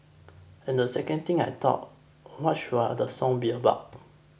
and the second thing I thought what should the song be about